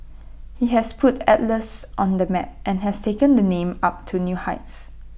he has put Atlas on the map and has taken the name up to new heights